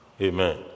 Amen